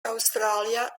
australia